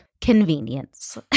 convenience